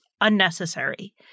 unnecessary